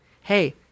hey